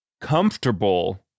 comfortable